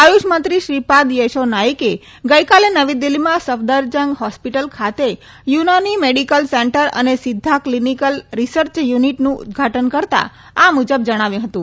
આથુષ મંત્રી શ્રીપાદ થેશો નાઇકે ગઈકાલે નવી દિલ્ફીના સફદરજંગ હોટેસ્પટલ ખાતે યુનાની મેડિકલ સેન્ટર અને સિધ્ધા કલીનીકલ રિસર્ચ યુનિટનું ઉદઘાટન કરતા આ મુજબ જણાવ્યું હતું